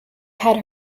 had